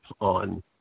on